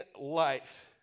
life